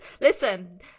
listen